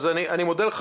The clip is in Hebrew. אני מודה לך,